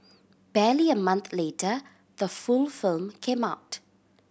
barely a month later the full film came out